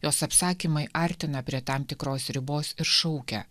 jos apsakymai artina prie tam tikros ribos ir šaukia